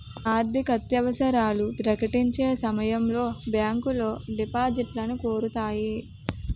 ఆర్థికత్యవసరాలు ప్రకటించే సమయంలో బ్యాంకులో డిపాజిట్లను కోరుతాయి